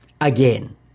again